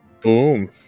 Boom